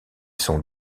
sont